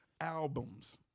albums